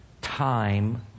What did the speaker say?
time